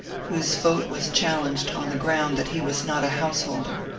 whose vote was challenged on the ground that he was not a householder.